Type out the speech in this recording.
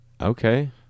Okay